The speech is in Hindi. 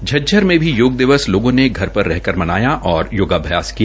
झज्जर से भी योग दिवस लोगें ने घर पर ही रहकर मनाया और योगाभ्यास किया